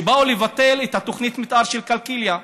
כשבאו לבטל את תוכנית המתאר של קלקיליה.